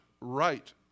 right